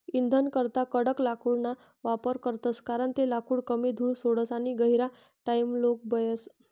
इंधनकरता कडक लाकूडना वापर करतस कारण ते लाकूड कमी धूर सोडस आणि गहिरा टाइमलोग बयस